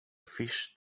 fish